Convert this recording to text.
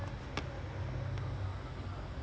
ya I mean I think